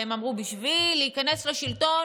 והם אמרו: בשביל להיכנס לשלטון,